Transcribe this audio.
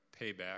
Payback